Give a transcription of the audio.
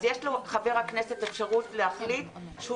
אז יש לחבר הכנסת אפשרות להחליט שהוא